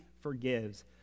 forgives